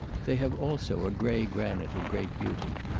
they have also a grey granite of great beauty.